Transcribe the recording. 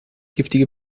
giftige